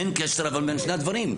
אין קשר בין שני הדברים.